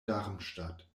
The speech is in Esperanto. darmstadt